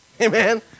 Amen